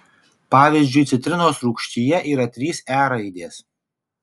pavyzdžiui citrinos rūgštyje yra trys e raidės